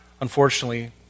unfortunately